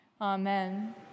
Amen